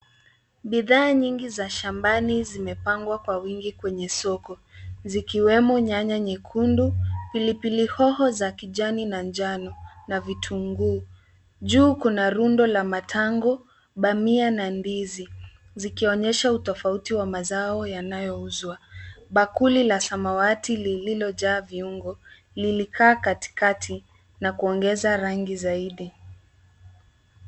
Bidhaa nyingi za shambani zimepangwa kwa wingi kwenye soko, zikiwemo nyanya nyekundu, pilipili hoho za kijani na njano, na vitunguu. Juu kuna rundo la matango, bamia na ndizi, zikionyesha utofauti wa mazao yanayouzwa. Bakuli la samawati lililojaa viungo lilikaa katikati na kuongeza rangi zaidi.